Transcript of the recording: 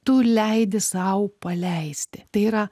tu leidi sau paleisti tai yra